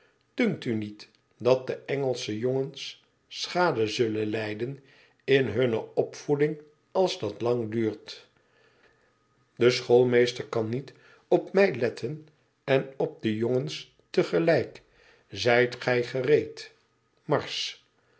dunkt u niet dat de engelsche jongens schade zullen lijden in hunne opvoeding als dat lang duurt de schoolmeester kan niet op mij letten en op de jongens te gelijk zijt gij gereed marsch